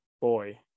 boy